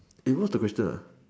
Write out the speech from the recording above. eh what's the question ah